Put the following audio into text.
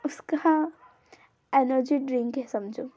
उसकाहा energy drink है समझो